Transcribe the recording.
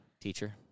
teacher